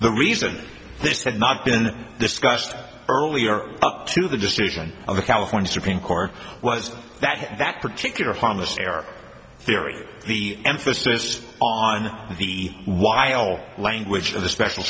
the reason this had not been discussed earlier up to the decision of the california supreme court was that that particular harmless error theory the emphasis on the while language of the special